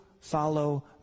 follow